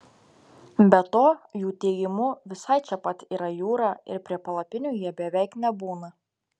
be to jų teigimu visai čia pat yra jūra ir prie palapinių jie beveik nebūna